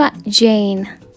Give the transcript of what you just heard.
Jane